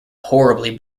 horribly